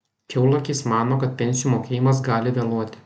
kiaulakys mano kad pensijų mokėjimas gali vėluoti